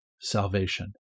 salvation